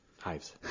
Hives